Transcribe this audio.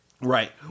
Right